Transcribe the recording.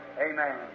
Amen